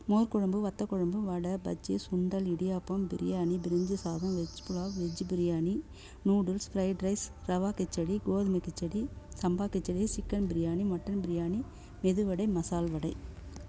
மோர் குழம்பு வத்தக் குழம்பு வட பஜ்ஜி சுண்டல் இடியாப்பம் பிரியாணி பிரிஞ்சி சாதம் veg pulao veg biryani noodles fried rice rava khichdi கோதுமை கிச்சடி சம்பா கிச்சடி சிக்கன் பிரியாணி மட்டன் பிரியாணி மெதுவடை மசால் வடை